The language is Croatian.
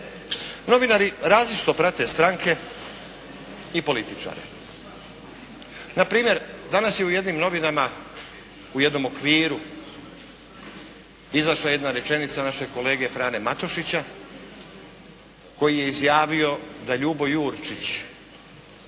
Novinari različito prate stranke i političare. Npr. danas je u jednim novinarima u jednom okviru izašla jedna rečenica našeg kolege Frane Matušića koji je izjavio da Ljubo Jurčić